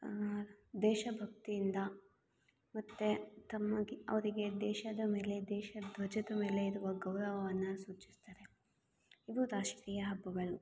ದೇಶ ಭಕ್ತಿಯಿಂದ ಮತ್ತು ತಮಗೆ ಅವರಿಗೆ ದೇಶದ ಮೇಲೆ ದೇಶ ಧ್ವಜದ ಮೇಲೆ ಇರುವ ಗೌರವವನ್ನು ಸೂಚಿಸ್ತದೆ ಇವು ರಾಷ್ಟ್ರೀಯ ಹಬ್ಬಗಳು